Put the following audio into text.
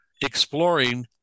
exploring